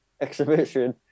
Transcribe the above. exhibition